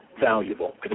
valuable